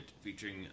featuring